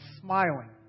smiling